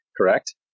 correct